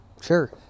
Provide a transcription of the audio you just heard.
sure